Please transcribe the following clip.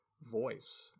voice